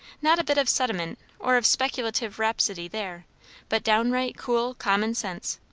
not a bit of sentiment or of speculative rhapsody there but downright, cool common sense,